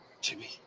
Jimmy